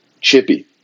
Chippy